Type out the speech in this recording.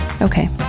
Okay